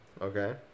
Okay